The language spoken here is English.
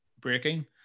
breaking